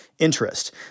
Interest